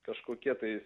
kažkokie tai